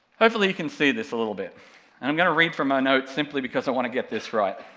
hopefully you can see this a little bit, and i'm gonna read from my notes simply because i want to get this right.